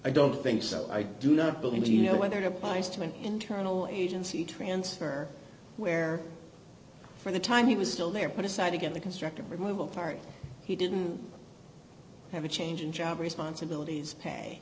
i don't think so i do not believe you know whether it applies to an internal agency transfer where for the time he was still there put aside to get the constructive removal part he didn't have a change in job responsibilities pay